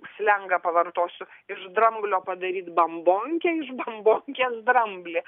slengą pavartosiu iš dramblio padaryt bambonkę iš bambonkės dramblį